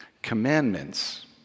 Commandments